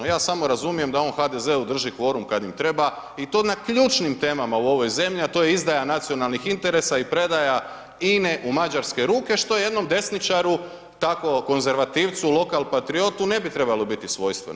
Ja samo razumijem da on HDZ-u drži kvorum kada im treba i to na ključnim temama u ovoj zemlji, a to je izdaja nacionalnih interesa i predaja INA-e u mađarske ruke što jednom desničaru takvom konzervativcu lokal-patriotu ne bi trebalo biti svojstveno.